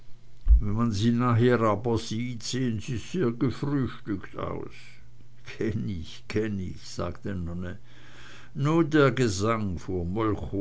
wenn man sie nachher aber sieht sehen sie sehr gefrühstückt aus kenn ich kenn ich sagte nonne nu der gesang fuhr